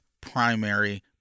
primary